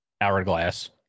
hourglass